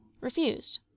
refused